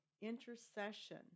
intercession